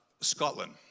Scotland